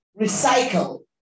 recycle